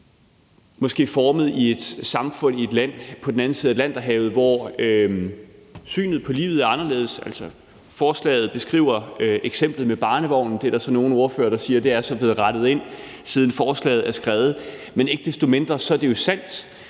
måske er formet i et samfund, i et land på den anden side af Atlanterhavet, hvor synet på livet er anderledes. Forslaget beskriver eksemplet med barnevognen, og det er der så nogle ordførere der siger er blevet rettet ind, siden forslaget er blevet skrevet, men ikke desto mindre er det jo sandt,